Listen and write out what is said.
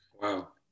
Wow